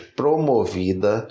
promovida